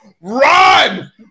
Run